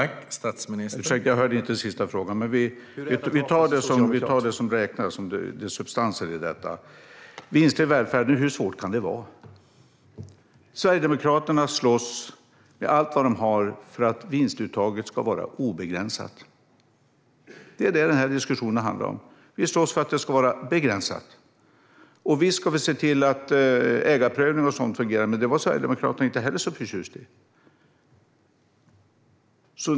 Herr talman! Ursäkta, jag hörde inte den sista frågan. Men vi tar substansen i detta. Vinster i välfärden, hur svårt kan det vara? Sverigedemokraterna slåss med allt vad de har för att vinstuttaget ska vara obegränsat. Det är vad den här diskussionen handlar om. Vi slåss för att vinstuttaget ska vara begränsat. Visst ska vi se till att ägarprövning och sådant fungerar, men det var Sverigedemokraterna inte heller så förtjusta i.